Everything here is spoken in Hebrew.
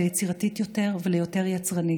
ליצירתית יותר וליותר יצרנית.